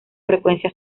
frecuencia